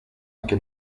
anche